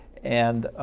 and,